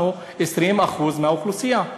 אנחנו 20% מהאוכלוסייה.